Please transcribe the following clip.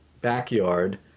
backyard